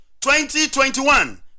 2021